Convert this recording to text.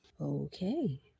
Okay